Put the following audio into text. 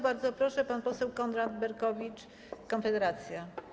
Bardzo proszę, pan poseł Konrad Berkowicz, Konfederacja.